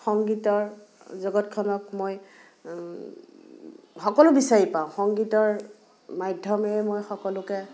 সংগীতৰ জগতখনক মই সকলো বিচাৰি পাওঁ সংগীতৰ মাধ্যমেৰে মই সকলোকে